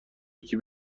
یکی